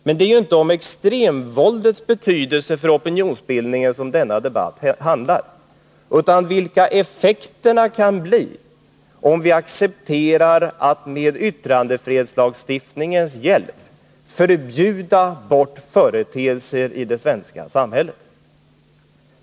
Men det är ju inte om extremvåldets betydelse för opinionsbildningen som denna debatt handlar, utan om vilka effekterna kan bli om vi accepterar att med yttrandefrihetslagstiftningens hjälp förbjuda bort företeelser i det svenska samhället.